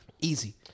easy